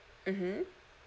mmhmm